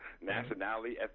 nationality